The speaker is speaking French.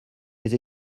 les